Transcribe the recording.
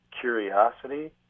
curiosity